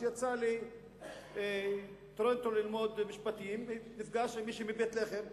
שיצא לטורונטו ללמוד משפטים ונפגש עם מישהי מבית-לחם.